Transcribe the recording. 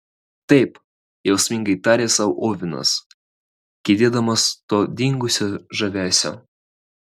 taip jausmingai tarė sau ovenas gedėdamas to dingusio žavesio